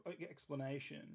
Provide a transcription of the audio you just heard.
explanation